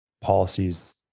policies